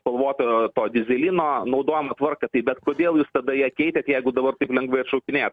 spalvoto t o dyzelino naudojimo tvarką tai bet kodėl jūs tada ją keitėt jeigu dabar taip lengvai ją atšaukinėjat